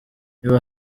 niba